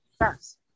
Yes